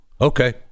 Okay